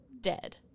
dead